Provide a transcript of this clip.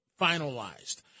finalized